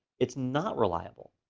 it's not reliable,